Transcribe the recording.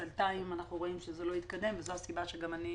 ואנחנו רואים שזה לא התקדם, וזו הסיבה שגם אני